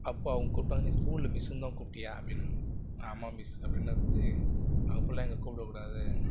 அப்போ அவங்க கூப்பிட்டு வந்து நீ ஸ்கூலில் மிஸ்ஸுன்னு தான் கூப்பிட்டியா அப்படின்னாங்க ஆமாம் மிஸ் அப்படின்னதுக்கு அப்படிலாம் இங்கே கூப்பிட கூடாது